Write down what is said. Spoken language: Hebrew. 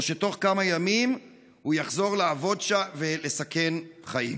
שבתוך כמה ימים הוא יחזור לעבוד שם ולסכן חיים?